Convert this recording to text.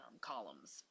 columns